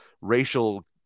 racial